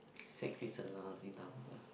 six is a lousy number